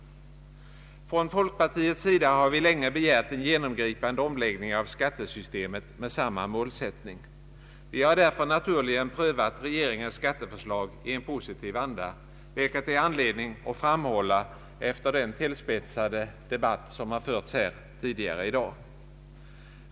Från folkpartiets sida har vi länge begärt en genomgripande omändring av skattesystemet med samma målsättning. Vi har därför helt naturligt prövat regeringens skatteförslag i en positiv anda, vilket jag finner anledning att framhålla efter den tillspetsade debatt som förts här tidigare i dag.